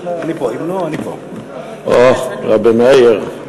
רבי מאיר,